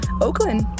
Oakland